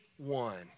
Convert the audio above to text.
one